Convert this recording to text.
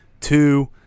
Two